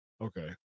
okay